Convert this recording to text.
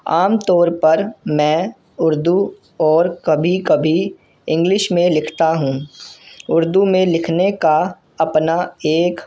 عام طور پر میں اردو اور کبھی کبھی انگلش میں لکھتا ہوں اردو میں لکھنے کا اپنا ایک